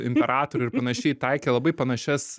imperatorių ir panašiai taikė labai panašias